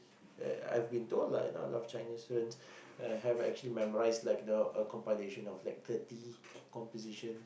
uh I've been told lah a lot of China students have actually memorized like the a compilation of like thirty compositions